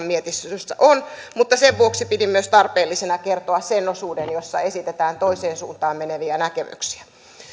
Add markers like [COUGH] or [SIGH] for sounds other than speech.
[UNINTELLIGIBLE] mietinnössä on mutta pidin tarpeellisena kertoa myös sen osuuden jossa esitetään toiseen suuntaan meneviä näkemyksiä